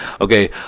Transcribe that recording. Okay